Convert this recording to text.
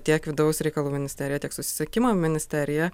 tiek vidaus reikalų ministerija tiek susisiekimo ministerija